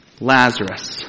Lazarus